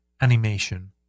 Animation